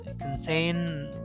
contain